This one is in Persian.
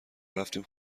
رفتیم